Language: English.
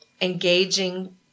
engaging